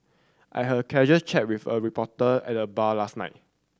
I had a casual chat with a reporter at the bar last night